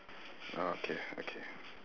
ah K okay